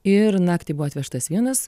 ir naktį buvo atvežtas vienas